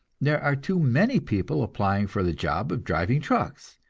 there are too many people applying for the job of driving trucks,